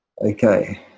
okay